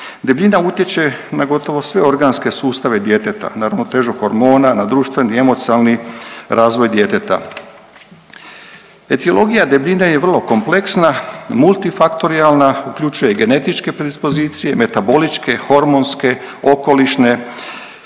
Debljina utječe na gotovo sve organske sustave djeteta, na ravnotežu hormona, na društveni i emocionalni razvoj djeteta. Etiologija debljine je vrlo kompleksna, multifaktorijalna, uključuje i genetičke predispozicije, metaboličke, hormonske, okolišne,